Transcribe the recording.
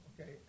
Okay